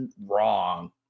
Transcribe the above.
wrong